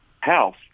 house